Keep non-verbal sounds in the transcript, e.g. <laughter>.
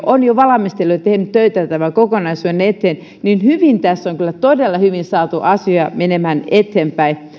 <unintelligible> on jo valmistellut ja tehnyt töitä tämän kokonaisuuden eteen niin hyvin tässä on kyllä todella hyvin saatu asia menemään eteenpäin